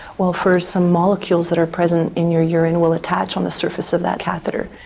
well, first some molecules that are present in your urine will attach on the surface of that catheter.